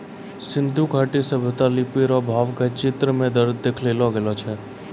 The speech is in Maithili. सिन्धु घाटी सभ्यता लिपी रो भाव के चित्र मे देखैलो गेलो छलै